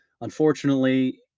unfortunately